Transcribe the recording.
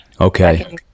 Okay